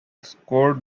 scored